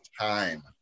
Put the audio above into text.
time